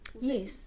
yes